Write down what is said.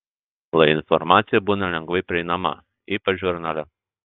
lai informacija būna lengvai prieinama ypač žurnale